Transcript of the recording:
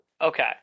Okay